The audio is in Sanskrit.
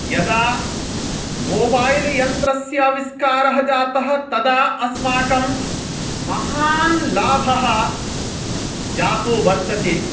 यदा मोबैल् यन्त्रस्य आविष्कारः जातः तदा अस्माकं महान् लाभः जातो वर्तते